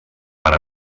per